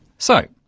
so,